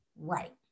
right